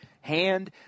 hand